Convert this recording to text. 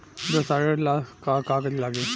व्यवसाय ऋण ला का का कागज लागी?